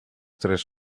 tres